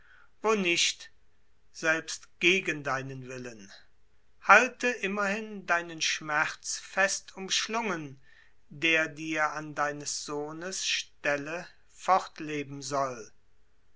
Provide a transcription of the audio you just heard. wo nicht selbst gegen deinen willen halte immerhin deinen schmerz fest umschlugen der dir an deines sohnes stelle fortleben soll